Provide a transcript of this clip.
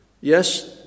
Yes